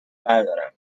بردارم